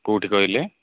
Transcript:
କୋଉଠି କହିଲେ